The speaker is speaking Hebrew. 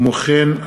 כמו כן,